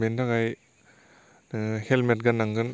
बेनि थाखाय नोङो हेलमेट गाननांगोन